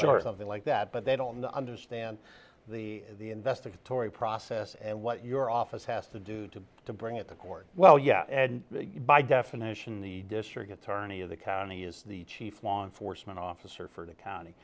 a like that but they don't understand the the investigatory process and what your office has to do to to bring it to court well yeah and by definition the district attorney of the county is the chief law enforcement officer for the county